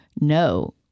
no